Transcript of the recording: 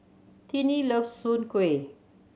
Tiney loves Soon Kueh